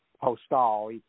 Postal